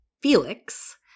Felix